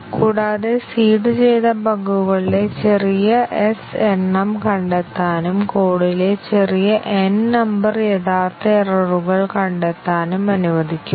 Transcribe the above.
കൂടാതെ സീഡുചെയ്ത ബഗുകളുടെ ചെറിയ s എണ്ണം കണ്ടെത്താനും കോഡിലെ ചെറിയ n നമ്പർ യഥാർത്ഥ എററുകൾ കണ്ടെത്താനും അനുവദിക്കുക